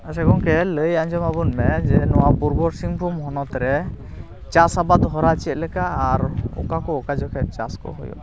ᱟᱪᱪᱷᱟ ᱜᱚᱢᱠᱮ ᱞᱟᱹᱭ ᱟᱸᱡᱚᱢ ᱟᱵᱚᱱ ᱢᱮ ᱡᱮ ᱱᱚᱣᱟ ᱯᱩᱨᱵᱚ ᱥᱤᱝᱵᱷᱩᱢ ᱦᱚᱱᱚᱛ ᱨᱮ ᱪᱟᱥ ᱟᱵᱟᱫᱽ ᱦᱚᱨᱟ ᱪᱮᱫ ᱞᱮᱠᱟ ᱟᱨ ᱚᱠᱟ ᱠᱚ ᱚᱠᱟ ᱡᱚᱠᱷᱮᱡ ᱪᱟᱥ ᱠᱚ ᱦᱩᱭᱩᱜᱼᱟ